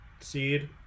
seed